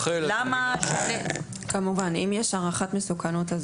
אם יש הערכת מסוכנות,